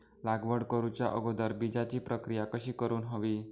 लागवड करूच्या अगोदर बिजाची प्रकिया कशी करून हवी?